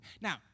Now